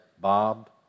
Bob